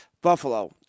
Buffalo